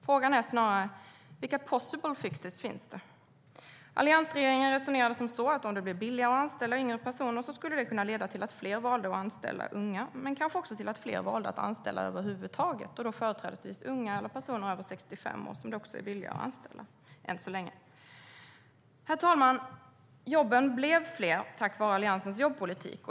Frågan är snarare: Vilka possible fixes finns? Herr talman! Jobben blev fler tack vare Alliansens jobbpolitik.